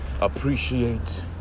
appreciate